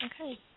Okay